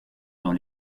dans